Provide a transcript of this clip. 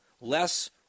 less